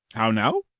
how now,